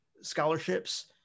scholarships